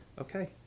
okay